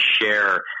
share